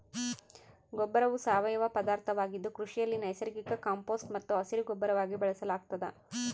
ಗೊಬ್ಬರವು ಸಾವಯವ ಪದಾರ್ಥವಾಗಿದ್ದು ಕೃಷಿಯಲ್ಲಿ ನೈಸರ್ಗಿಕ ಕಾಂಪೋಸ್ಟ್ ಮತ್ತು ಹಸಿರುಗೊಬ್ಬರವಾಗಿ ಬಳಸಲಾಗ್ತದ